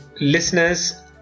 listeners